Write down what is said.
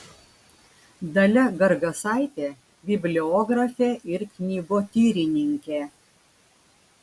dalia gargasaitė bibliografė ir knygotyrininkė